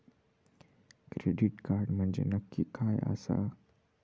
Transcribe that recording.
Credit card म्हंजे नक्की काय आसा?